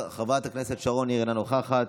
חברת הכנסת שרון ניר, אינה נוכחת,